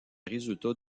résultats